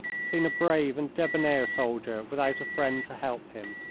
seen a brave and debonair soldier without a friend to help him.